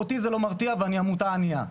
אותי זה לא מרתיע ואני עמותה ענייה.